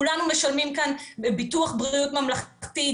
כולנו משלמים כאן ביטוח בריאות ממלכתי,